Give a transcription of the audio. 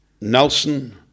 Nelson